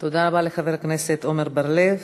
תודה רבה לחבר הכנסת עמר בר-לב.